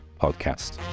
podcast